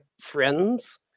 friends